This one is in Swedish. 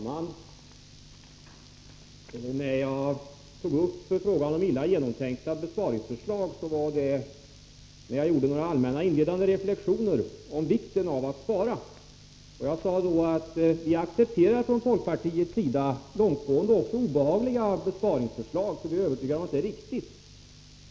Herr talman! Jag tog upp frågan om illa genomtänkta besparingsförslag i samband med några allmänna inledande reflexioner om vikten av att spara. Jag sade då att vi från folkpartiets sida accepterar långtgående också obehagliga besparingsförslag i de fall då vi är övertygade om att de är riktiga.